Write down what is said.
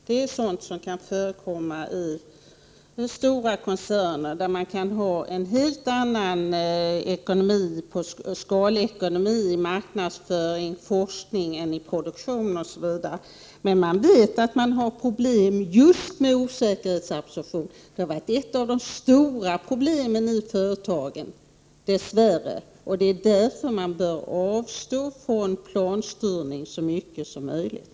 Det är sådant som kan förekomma i stora koncerner där man kan ha en helt annan skalekonomi i marknadsföringen, forskningen, produktionen osv. Man vet att det finns problem med just osäkerhetsabsorptionen. Det har dess värre varit ett av de stora problemen i företagen. Det är därför man bör avstå från planstyrning så mycket som möjligt.